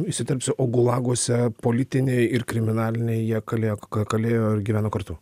įsiterpsiu o gulaguose politiniai ir kriminaliniai jie kalėjo ka kalėjo ir gyveno kartu